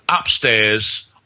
upstairs